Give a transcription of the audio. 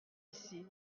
ici